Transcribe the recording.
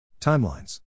Timelines